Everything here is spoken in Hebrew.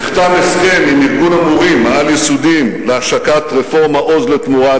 נחתם הסכם עם ארגון המורים העל-יסודיים להשקת רפורמה "עוז לתמורה",